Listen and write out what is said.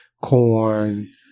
corn